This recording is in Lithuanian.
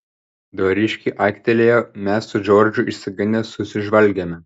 dvariškiai aiktelėjo mes su džordžu išsigandę susižvalgėme